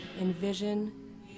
Envision